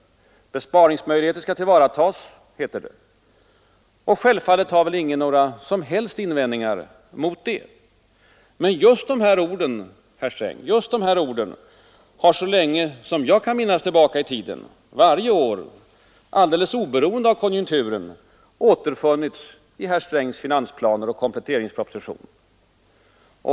Besparingsmöjligheter skall tillvaratas, heter det. Självfallet har väl ingen några som helst invändningar mot det. Men så länge jag kan minnas har just dessa ord varje år, alldeles oberoende av konjunkturen, återfunnits i herr Strängs finansplaner och kompletteringspropositioner.